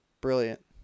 brilliant